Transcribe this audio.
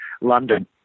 London